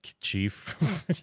chief